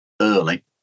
Early